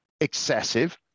excessive